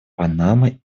панама